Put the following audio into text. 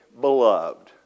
beloved